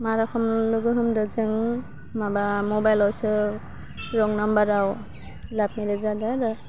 मा रोखोम लोगो हमदो जों माबा मबाइलावसो रं नाम्बाराव लाभ मेरिस जादो आरो